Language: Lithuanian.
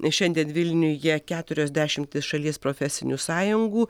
nes šiandien vilniuje keturios dešimtys šalies profesinių sąjungų